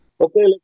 okay